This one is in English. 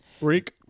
Reek